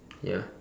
ya